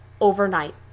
overnight